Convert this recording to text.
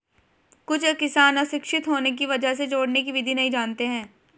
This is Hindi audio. कुछ किसान अशिक्षित होने की वजह से जोड़ने की विधि नहीं जानते हैं